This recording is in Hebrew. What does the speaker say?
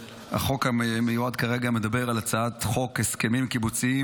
החוק המיועד כרגע מדבר על הצעת חוק הסכמים קיבוציים